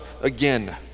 again